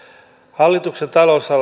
hallituksen